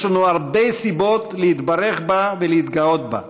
יש לנו הרבה סיבות להתברך בה ולהתגאות בה.